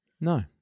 No